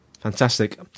Fantastic